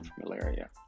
malaria